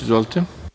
Izvolite.